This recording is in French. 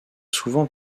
souvent